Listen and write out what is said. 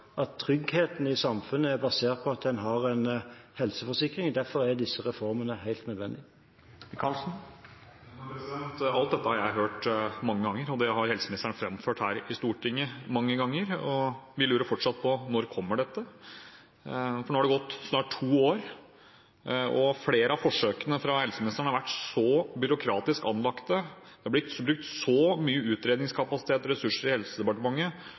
at tryggheten i samfunnet er basert på at en har en helseforsikring. Derfor er disse reformene helt nødvendige. Alt dette har jeg hørt mange ganger, helseministeren har framført det her i Stortinget mange ganger, og vi lurer fortsatt på når dette kommer. Nå har det snart gått to år. Flere av forsøkene fra helseministeren har vært så byråkratisk anlagte, og det har blitt brukt så mye utredningskapasitet og ressurser i Helsedepartementet